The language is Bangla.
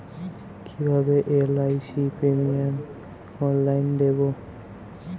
কিভাবে এল.আই.সি প্রিমিয়াম অনলাইনে দেবো?